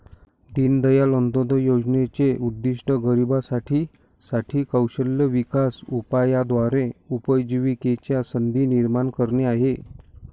दीनदयाळ अंत्योदय योजनेचे उद्दिष्ट गरिबांसाठी साठी कौशल्य विकास उपायाद्वारे उपजीविकेच्या संधी निर्माण करणे आहे